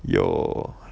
yo